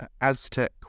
Aztec